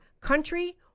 country